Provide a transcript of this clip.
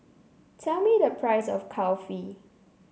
tell me the price of Kulfi